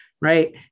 Right